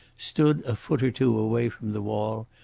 stood a foot or two away from the wall,